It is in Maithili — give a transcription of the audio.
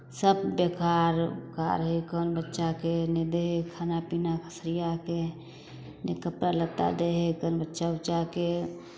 सभ बेकार उकार हइ कन बच्चाकेँ नहि दै हइ खाना पीना सरिआ कऽ नहि कपड़ा लत्ता दै हइ कन बच्चा उच्चाकेँ